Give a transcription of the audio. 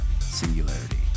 Singularity